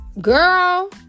girl